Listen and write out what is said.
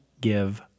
give